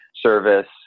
service